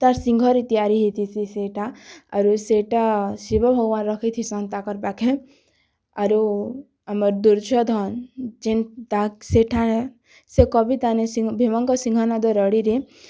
ତା'ର୍ ସିଂହରେ ତିଆରି ହେଇଥିସି ସେଟା ଆରୁ ସେଟା ଶିବ ଭଗବାନ୍ ରଖିଥିସନ୍ ତାଙ୍କର୍ ପାଖେ ଆରୁ ଆମର୍ ଦୂର୍ଯ୍ୟୋଧନ ଯେନ୍ ଦାଗ୍ ସେଟା ସେ କବିତାନେ ଭୀମଙ୍କ ସିଂହନାଦ ରଡ଼ିରେ